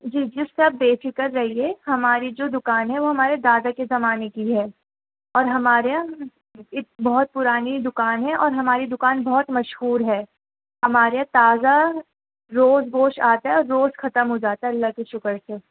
جی جس سے آپ بے فکر رہیے ہماری جو دکان ہے وہ ہمارے دادا کے زمانے کی ہے اور ہمارے یہاں بہت پرانی دکان ہے اور ہماری دکان بہت مشہور ہے ہمارے یہاں تازہ روز گوشت آتا ہے روز ختم ہو جاتا ہے اللہ کے شکر سے